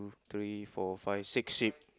three four five six six